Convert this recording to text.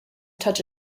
touch